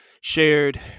shared